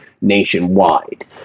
nationwide